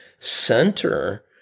center